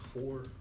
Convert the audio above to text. four